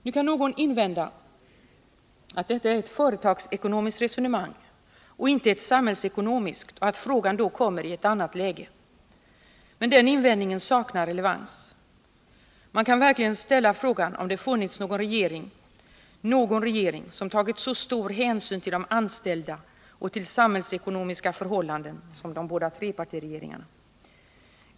Någon kan invända att detta är ett företagsekonomiskt resonemang och inte ett samhällsekonomiskt och att frågan då kommer i ett annat läge. Denna invändning saknar relevans. Man kan verkligen ställa frågan om någon annan regering någonsin tagit så stor hänsyn till de anställda och till samhällsekonomiska förhållanden som de båda trepartiregeringarna.